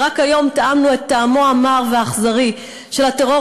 ורק היום טעמנו את טעמו המר והאכזרי של הטרור